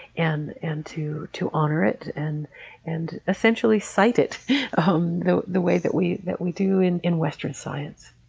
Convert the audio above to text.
and and to to honor it, and and essentially, cite it um the the way that we that we do in in western science.